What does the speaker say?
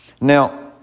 Now